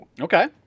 Okay